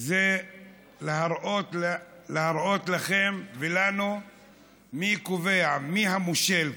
זה להראות לכם ולנו מי קובע, מי המושל כאן.